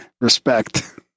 Respect